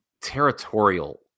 territorial